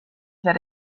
that